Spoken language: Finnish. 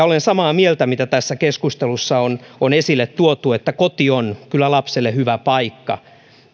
olen samaa mieltä mitä tässä keskustelussa on on esille tuotu että koti on kyllä lapsille hyvä paikka